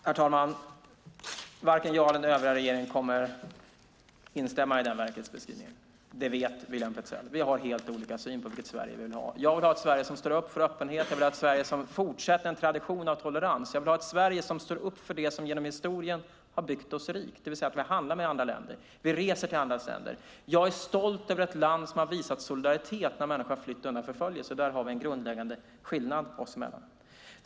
Herr talman! Varken jag eller den övriga regeringen kommer att instämma i denna verklighetsbeskrivning. Det vet William Petzäll. Vi har helt olika syn på vilket Sverige vi vill ha. Jag vill ha ett Sverige som står upp för öppenhet. Jag vill ha ett Sverige som fortsätter en tradition av tolerans. Jag vill ha ett Sverige som står upp för det som genom historien har byggt oss rikt, det vill säga att vi handlar med andra länder och att vi reser till andra länder. Jag är stolt över ett land som har visat solidaritet när människor har flytt undan förföljelse. Där har vi en grundläggande skillnad oss emellan.